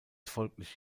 folglich